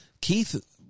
Keith